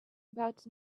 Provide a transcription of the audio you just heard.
about